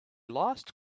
lost